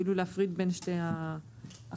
להפריד בין שתי ה...